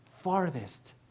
farthest